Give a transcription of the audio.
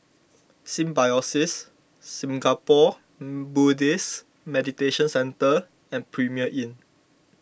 Symbiosis Singapore Buddhist Meditation Centre and Premier Inn